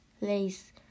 lace